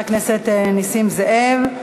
אני מודה לחבר הכנסת נסים זאב.